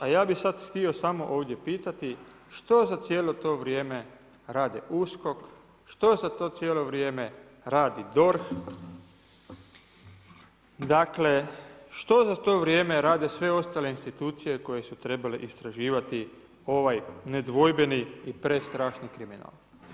A ja bih sada htio samo ovdje pitati, što za cijelo to vrijeme rade USKOK, što za to cijelo vrijeme radi DORH, što za to vrijeme rade sve ostale institucije koje su trebale istraživati ovaj nedvojbeni i prestrašni kriminal?